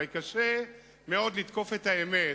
הרי קשה מאוד לתקוף את האמת